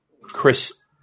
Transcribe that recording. Chris